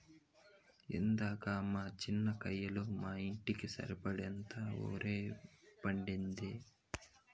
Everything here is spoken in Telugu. ఏందక్కా మా చిన్న కయ్యలో మా ఇంటికి సరిపడేంత ఒరే పండేది